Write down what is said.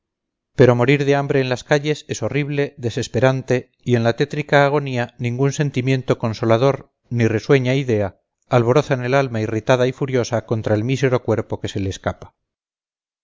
pero morir de hambre en las calles es horrible desesperante y en la tétrica agonía ningún sentimiento consolador ni risueña idea alborozan el alma irritada y furiosa contra el mísero cuerpo que se le escapa